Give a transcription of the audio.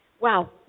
Wow